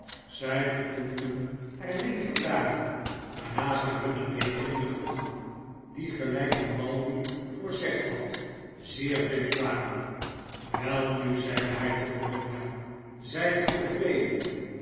zij vertoefden er negen dagen waarna zij hunne rekeningen vroegen die gelijk grimaldi voorzegd had zeer billyk waren welnu zeide hij tot bologna zijt gij